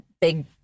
big